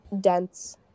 dense